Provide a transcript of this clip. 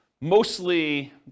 mostly